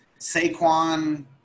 Saquon